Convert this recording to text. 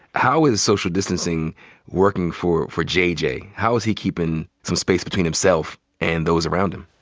how is social distancing working for for jj? how is he keepin' some space between himself and those around him?